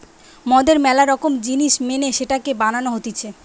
মদের ম্যালা রকম জিনিস মেনে সেটাকে বানানো হতিছে